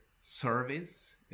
service